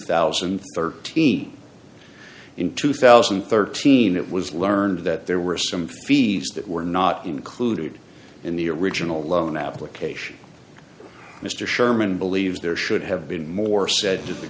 thousand and thirteen in two thousand and thirteen it was learned that there were some fees that were not included in the original loan application mr sherman believes there should have been more said to the